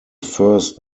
first